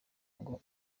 ngo